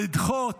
לדחות,